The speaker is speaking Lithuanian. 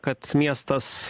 kad miestas